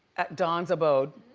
at don's abode,